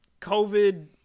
COVID